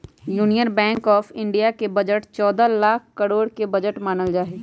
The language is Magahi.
यूनियन बैंक आफ इन्डिया के बजट चौदह लाख करोड के बजट मानल जाहई